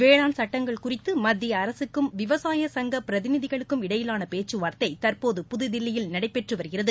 வேளாண் சட்டங்கள் குறித்து மத்திய அரசுக்ககும் விவசாய சங்க பிரதிநிதிகளுக்கும் இடையிலான பேச்சுவார்த்தை தற்போது புதுதில்லியில் நடைபெற்று வருகிறது